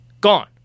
gone